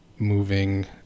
moving